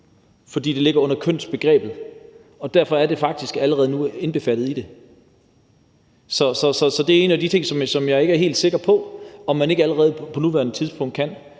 fordi det ligger under kønsbegrebet, indbefattet i det. Så det er en af de ting, som jeg ikke er helt sikker på, altså om man ikke allerede på nuværende tidspunkt kan.